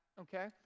Okay